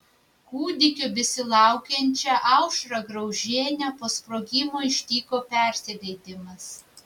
kūdikio besilaukiančią aušrą graužienę po sprogimo ištiko persileidimas